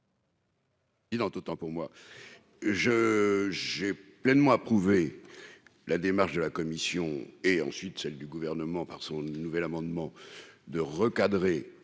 Ils ont autant pour moi je j'ai pleinement approuvé la démarche de la commission, et ensuite celle du gouvernement par son nouvel amendement de recadrer